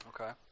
Okay